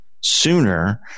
sooner